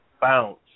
bounce